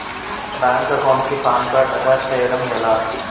Bank account కి PAN card attach చేయడం ఎలా?